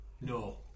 No